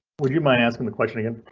would you mind asking the question again?